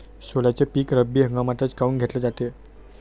सोल्याचं पीक रब्बी हंगामातच काऊन घेतलं जाते?